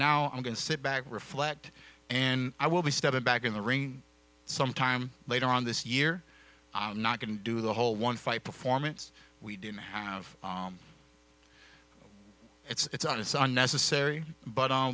now i'm going to sit back reflect and i will be stepping back in the ring sometime later on this year i'm not going to do the whole one fight performance we didn't have it's on it's unnecessary but